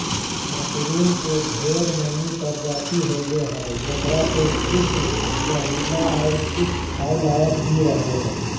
mushroom के ढेर मनी प्रजाति होवो हय जेकरा मे कुछ जहरीला और कुछ खाय लायक भी रहो हय